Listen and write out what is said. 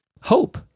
hope